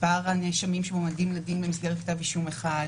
מספר הנאשמים שמועמדים לדין במסגרת כתב אישום אחד,